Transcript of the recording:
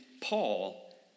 Paul